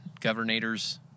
governor's